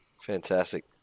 Fantastic